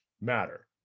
matter